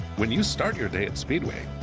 when you start your day at speedway,